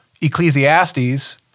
Ecclesiastes